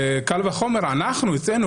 קל וחומר אנחנו כאן,